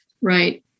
right